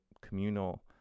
communal